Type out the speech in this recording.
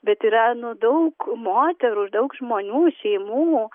bet yra nu daug moterų ir daug žmonių šeimų